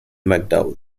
mcdowell